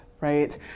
Right